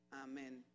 Amen